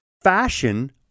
Fashion